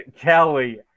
Kelly